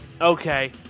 okay